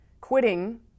quitting